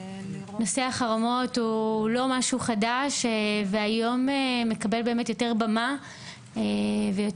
נושא החרמות הוא לא משהו חדש והוא מקבל היום יותר במה ובוסט,